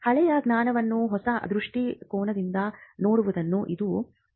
ಹಳೆಯ ಜ್ಞಾನವನ್ನು ಹೊಸ ದೃಷ್ಟಿಕೋನದಿಂದ ನೋಡುವುದನ್ನೂ ಇದು ಒಳಗೊಂಡಿರುತ್ತದೆ